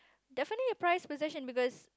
definitely a prize possession because